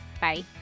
Bye